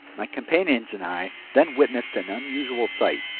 my companions and i then witnessed an unusual sight.